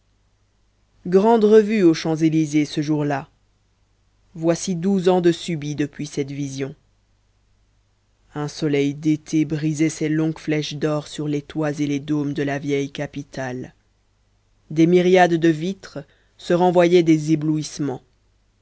grande revue aux champs-élysées ce jour-là voici douze ans de subis depuis cette vision un soleil d'été brisait ses longues flèches d'or sur les toits et les dômes de la vieille capitale des myriades de vitres se renvoyaient des éblouissements